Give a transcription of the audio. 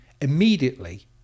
Immediately